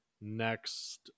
next